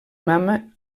mama